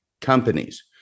companies